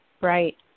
Right